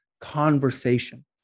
conversation